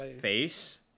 face